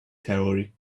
theory